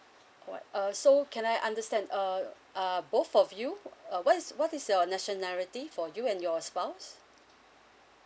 what uh so can I understand uh uh both of you uh what's what is your nationality for you and your spouse